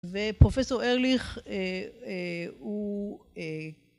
ופרופסור ארליך הוא